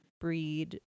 breed